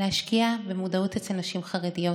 להשקיע במודעות אצל נשים חרדיות,